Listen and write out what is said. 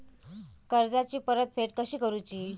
कर्जाची परतफेड कशी करुची?